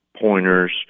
pointers